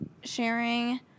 sharing